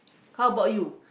how about you